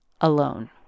alone